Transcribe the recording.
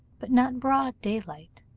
but not broad daylight,